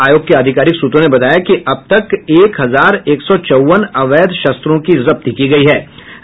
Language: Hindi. आयोग के आधिकारिक सूत्रों ने बताया कि अब तक एक हजार एक सौ चौवन अवैध शस्त्रों की जब्ती की गयी हे